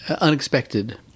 unexpected